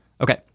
Okay